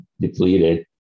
depleted